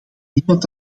niemand